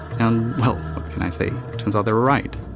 and, well, what can i say. turns out they were right.